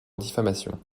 diffamation